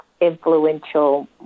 influential